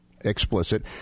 explicit